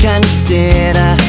Consider